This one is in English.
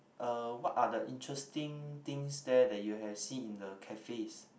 uh what are the interesting things there that you have seen in the cafes